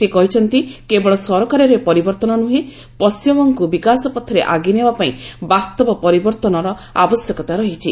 ସେ କହିଛନ୍ତି କେବଳ ସରକାରରେ ପରିବର୍ତ୍ତନ ନୁହେଁ ପଣ୍ଟିମବଙ୍ଗକୁ ବିକାଶ ପଥରେ ଆଗେଇ ନେବା ପାଇଁ ବାସ୍ତବ ପରିବର୍ତ୍ତନ ଆବଶ୍ୟକତା ରହିଛି